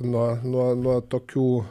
nuo nuo nuo tokių